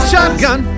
Shotgun